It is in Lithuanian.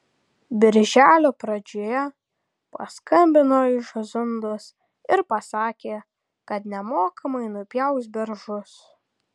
birželio pradžioje paskambino iš zundos ir pasakė kad nemokamai nupjaus beržus